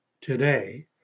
today